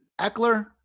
Eckler